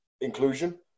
inclusion